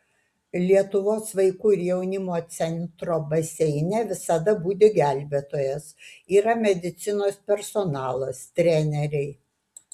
lietuvos vaikų ir jaunimo centro baseine visada budi gelbėtojas yra medicinos personalas treneriai